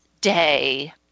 day